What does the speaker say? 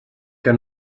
que